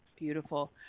Beautiful